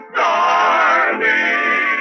darling